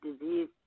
disease